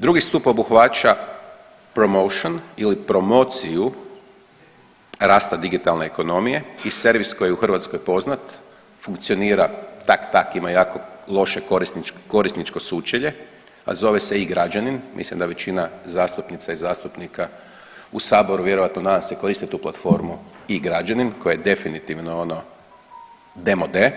Drugi stup obuhvaća promotion ili promociju rasta digitalne ekonomije i servis koji je u Hrvatskoj poznat funkcionira tak tak, ima jako loše korisničko sučelje, a zove se e-Građani, mislim da većina zastupnica i zastupnika u saboru vjerojatno nadam se i koriste tu platformu e-Građanin koja je definitivno ono demode